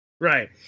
right